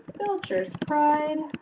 belcher's pride